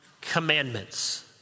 commandments